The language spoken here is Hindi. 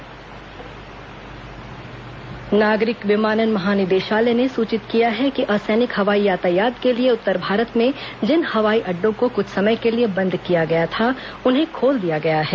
हवाई अड्डे नागरिक विमानन महानिदेशालय ने सूचित किया है कि असैनिक हवाई यातायात के लिए उत्तर भारत में जिन हवाई अड्डो को कृछ समय के लिए बंद किया गया था उन्हें खोल दिया गया है